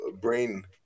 brain